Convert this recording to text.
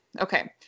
Okay